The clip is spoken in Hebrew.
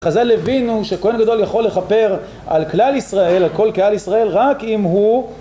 חז״ל הבינו שכהן גדול יכול לכפר על כלל ישראל, על כל קהל ישראל רק אם הוא...